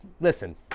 listen